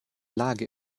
lage